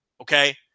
Okay